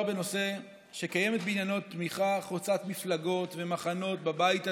בנושא שקיימת בעניינו תמיכה חוצת מפלגות ומחנות בבית הזה.